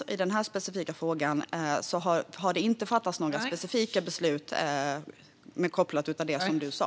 När det gäller den specifika frågan har det inte fattats några specifika beslut med koppling till det du sa.